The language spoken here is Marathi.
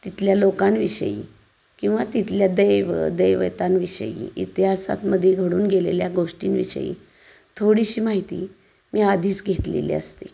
तिथल्या लोकांविषयी किंवा तिथल्या दैवदैवतांविषयी इतिहासातमध्ये घडून गेलेल्या गोष्टींविषयी थोडीशी माहिती मी आधीच घेतलेली असते